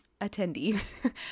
attendee